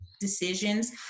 decisions